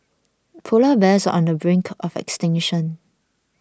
Polar Bears are on the brink of extinction